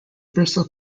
bristol